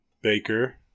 Baker